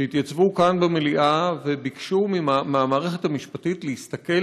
שהתייצבו כאן במליאה וביקשו מהמערכת המשפטית להסתכל